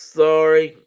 sorry